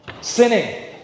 Sinning